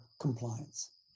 compliance